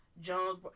Jones